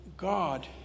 God